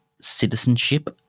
citizenship